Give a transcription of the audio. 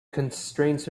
constraints